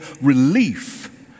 relief